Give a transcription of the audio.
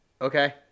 okay